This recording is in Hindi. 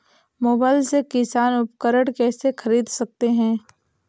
मोबाइल से किसान उपकरण कैसे ख़रीद सकते है?